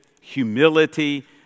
humility